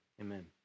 amen